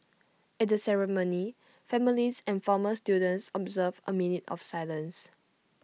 at the ceremony families and former students observed A minute of silence